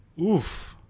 Oof